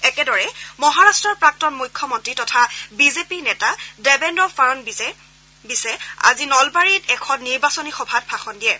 ইপিনে মহাৰাট্টৰ প্ৰাক্তন মুখ্যমন্ত্ৰী তথা বিজেপিৰ নেতা দেবেন্দ্ৰ ফাড়নবিশে আজি নলবাৰীত এখন নিৰ্বাচনী সভাত ভাষণ দিয়ে